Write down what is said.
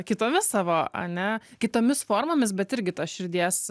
kitomis savo ane kitomis formomis bet irgi tos širdies